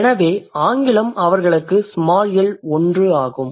எனவே ஆங்கிலம் அவர்களுக்கு ஸ்மால் எல்1 ஆகும்